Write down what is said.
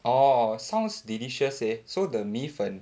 orh sounds delicious eh so the 米粉